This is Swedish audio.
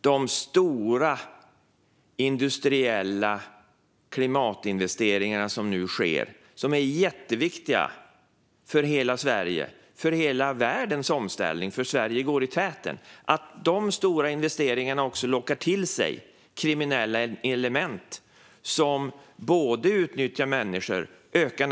De stora industriella klimatinvesteringar som nu sker - de är jätteviktiga för hela Sverige och för hela världens omställning, för Sverige går i täten här - lockar också till sig kriminella element som utnyttjar människor.